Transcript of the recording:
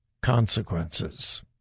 consequences